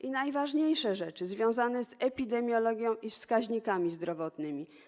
I najważniejsze rzeczy związane z epidemiologią i wskaźnikami zdrowotnymi.